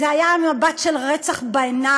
זה היה עם מבט של רצח בעיניים.